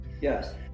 Yes